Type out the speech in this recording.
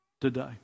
today